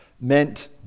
meant